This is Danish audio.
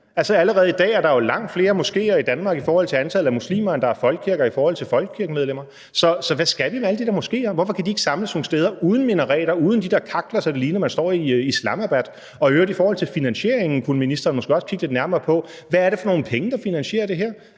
Allerede i dag er der jo langt flere moskéer i Danmark i forhold til antallet af muslimer, end der er folkekirker i forhold til folkekirkemedlemmer. Så hvad skal vi med alle de der moskéer? Hvorfor kan de ikke samles nogle steder uden minareter, uden de der kakler, så det ser ud, som om man står i Islamabad? I forhold til finansieringen kunne ministeren måske også kigge lidt nærmere på, hvad det er for nogle penge, der finansierer det her.